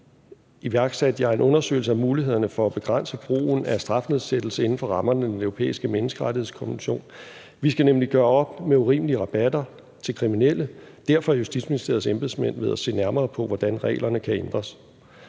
iværksatte jeg en undersøgelse af mulighederne for at begrænse brugen af strafnedsættelse inden for rammerne af Den Europæiske Menneskerettighedskonvention. Vi skal nemlig gøre op med urimelige rabatter til kriminelle. Derfor er Justitsministeriets embedsmænd ved at se nærmere på, hvordan reglerne kan ændres,